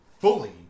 fully